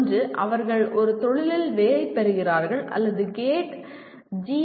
ஒன்று அவர்கள் ஒரு தொழிலில் வேலை பெறுகிறார்கள் அல்லது கேட் ஜி